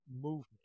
movement